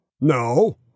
No